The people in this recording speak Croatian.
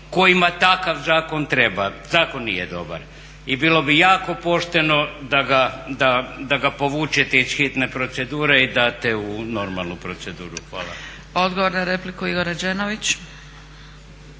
kojima takav zakon treba. Zakon nije dobar. I bilo bi jako pošteno da ga povučete iz hitne procedure i date u normalnu proceduru. Hvala. **Zgrebec, Dragica